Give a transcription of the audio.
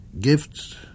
gifts